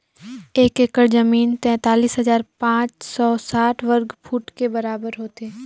एक एकड़ जमीन तैंतालीस हजार पांच सौ साठ वर्ग फुट के बराबर होथे